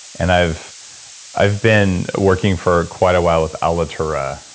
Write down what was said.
and i've i've been working for quite a while with alitura.